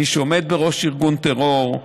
מי שעומד בראש ארגון טרור,